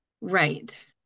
right